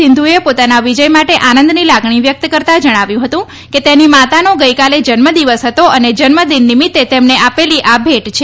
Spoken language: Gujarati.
સિંધુએ પોતાના વિજય માટે આનંદની લાગણી વ્યક્ત કરતાં જણાવ્યું હતું કે તેની માતાનો ગઈકાલે જન્મ દિવસ હતો અને જન્મ દિન નિમિત્તે તેમને આપેલી આ ભેટ છે